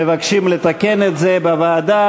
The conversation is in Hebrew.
מבקשים לתקן את זה בוועדה